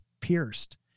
pierced